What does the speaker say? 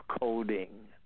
coding